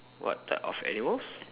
what type of animals